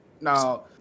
Now